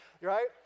right